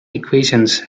equations